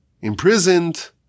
imprisoned